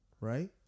right